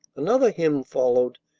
another hymn followed,